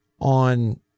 on